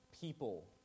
people